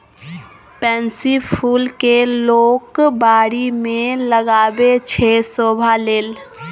pansy फुल केँ लोक बारी मे लगाबै छै शोभा लेल